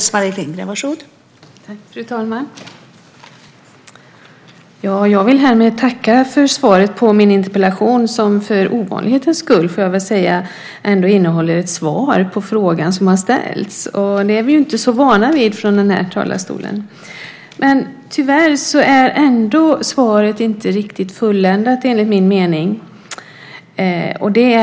Fru talman! Jag vill tacka för svaret på min interpellation som för ovanlighetens skull innehåller ett svar på den fråga som har ställts. Det är vi inte så vana vid från den här talarstolen. Tyvärr är svaret ändå inte fullständigt, enligt min mening.